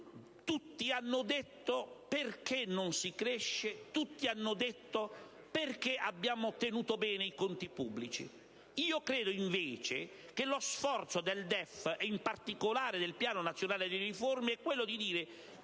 Tutti hanno detto perché non si cresce e perché abbiamo tenuto bene i conti pubblici. Io credo, invece, che lo sforzo del DEF, e in particolare del Programma nazionale di riforma, è quello di dire